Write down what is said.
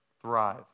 thrive